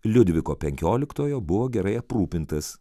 liudviko penkioliktojo buvo gerai aprūpintas